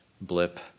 blip